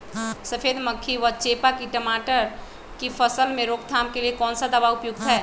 सफेद मक्खी व चेपा की टमाटर की फसल में रोकथाम के लिए कौन सा दवा उपयुक्त है?